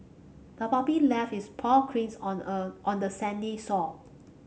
the puppy left its paw on a on the sandy shore